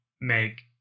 make